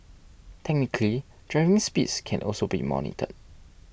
technically driving speeds can also be monitored